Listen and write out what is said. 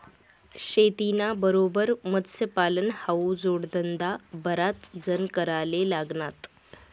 शेतीना बरोबर मत्स्यपालन हावू जोडधंदा बराच जण कराले लागनात